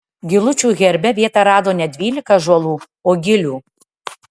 gilučių herbe vietą rado ne dvylika ąžuolų o gilių